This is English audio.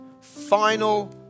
Final